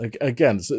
again